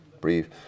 brief